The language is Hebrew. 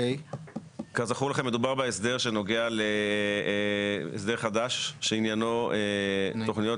כזכור לכם מדובר בהסדר שנוגע להסדר חדש שעניינו תוכניות,